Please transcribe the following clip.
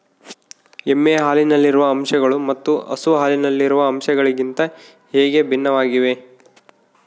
ಎಮ್ಮೆ ಹಾಲಿನಲ್ಲಿರುವ ಅಂಶಗಳು ಮತ್ತು ಹಸು ಹಾಲಿನಲ್ಲಿರುವ ಅಂಶಗಳಿಗಿಂತ ಹೇಗೆ ಭಿನ್ನವಾಗಿವೆ?